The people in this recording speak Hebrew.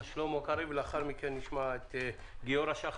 אז שלמה קרעי ולאחר מכן נשמע את גיורא שחם.